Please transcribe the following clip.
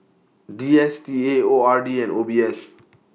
D S T A O R D and O B S